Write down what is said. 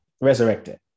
Resurrected